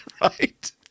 right